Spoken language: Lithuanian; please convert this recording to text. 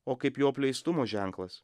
o kaip jo apleistumo ženklas